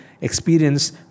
experience